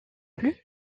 plus